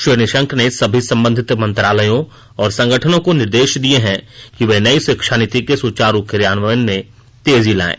श्री निशंक ने सभी संबंधित मंत्रालयों और संगठनों को निर्देश दिए हैं कि वे नई शिक्षा नीति के सुचारू क्रियान्वयन में तेजी लाएं